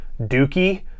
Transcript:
Dookie